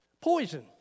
poison